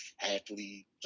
athlete